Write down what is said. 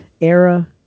era